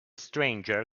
stranger